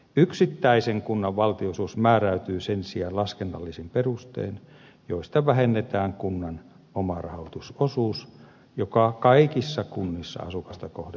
yksittäisen kunnan valtionosuus määräytyy sen sijaan laskennallisin perustein joista vähennetään kunnan omarahoitusosuus joka kaikissa kunnissa asukasta kohden on yhtä suuri